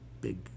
big